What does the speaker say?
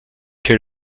que